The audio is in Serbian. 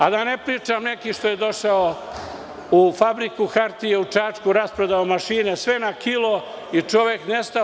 Da ne pričam neki što je došao u Fabriku hartija u Čačku, rasprodao mašine sve na kilo i nestao.